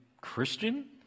Christian